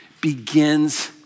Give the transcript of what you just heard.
Begins